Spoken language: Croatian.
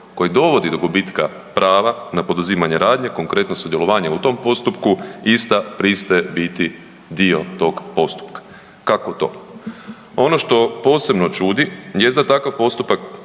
koji dovodi do gubitka prava na poduzimanje radnje, konkretno sudjelovanje u tom postupku, ista pristaje biti dio tog postupka. Kako to? Ono što posebno čudi jest da takav postupak